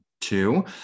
two